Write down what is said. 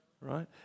Right